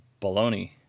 baloney